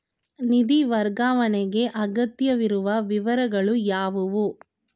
ನಿಧಿ ವರ್ಗಾವಣೆಗೆ ಅಗತ್ಯವಿರುವ ವಿವರಗಳು ಯಾವುವು?